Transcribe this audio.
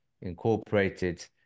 incorporated